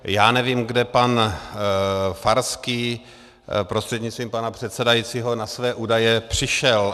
Já nevím, kde pan Farský prostřednictvím pana předsedajícího na své údaje přišel.